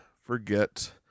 forget